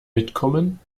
mitkommen